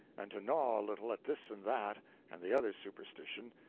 and to gnaw a little at this and that and the other superstition,